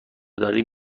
دارین